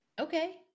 okay